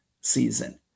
season